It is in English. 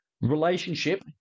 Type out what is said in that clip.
relationship